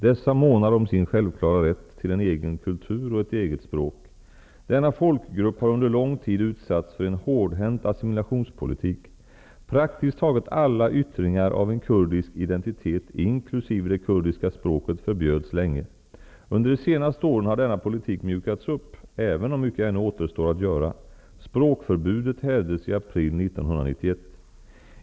Dessa månar om sin självklara rätt till en egen kultur och ett eget språk. Denna folkgrupp har under lång tid utsatts för en hårdhänt assimilationspolitik. Praktiskt taget alla yttringar av en kurdisk identitet inkl. det kurdiska språket förbjöds länge. Under de senaste åren har denna politik mjukats upp, även om mycket ännu återstår att göra. Språkförbudet hävdes i april 1991.